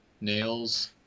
Nails